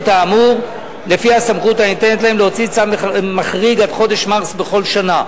האמור לפי הסמכות הניתנת להם להוציא צו מחריג עד חודש מרס בכל שנה,